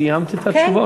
סיימת את התשובות?